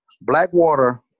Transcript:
Blackwater